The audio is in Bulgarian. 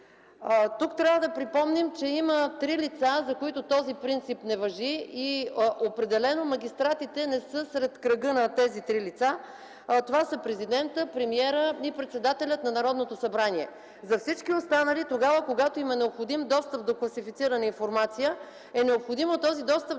Тук трябва да припомним, че има три лица, за които този принцип не важи, и определено магистратите не са в кръга на тези три лица. Това са президентът, премиерът и председателят на Народното събрание. За всички останали тогава, когато им е необходим достъп до класифицирана информация, е необходимо този достъп